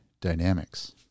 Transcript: dynamics